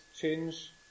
change